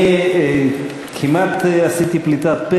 אני כמעט עשיתי פליטת פה